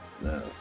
No